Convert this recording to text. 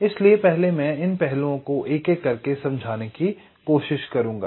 इसलिए मैं इन पहलुओं को एक एक करके समझाने की कोशिश करूंगा